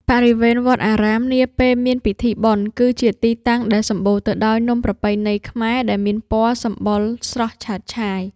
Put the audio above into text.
បរិវេណវត្តអារាមនាពេលមានពិធីបុណ្យ គឺជាទីតាំងដែលសម្បូរទៅដោយនំប្រពៃណីខ្មែរដែលមានពណ៌សម្បុរស្រស់ឆើតឆាយ។